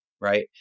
right